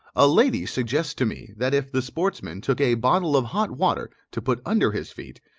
a lady suggests to me, that if the sportsman took a bottle of hot water to put under his feet,